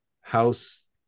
house